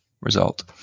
result